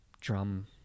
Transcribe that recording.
drum